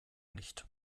nicht